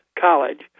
college